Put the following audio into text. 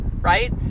right